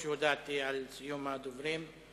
ואף שהודעתי על סיום רשימת הדוברים,